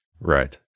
Right